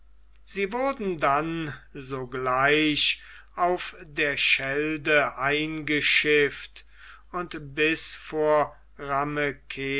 sie wurden dann sogleich auf der schelde eingeschifft und bis vor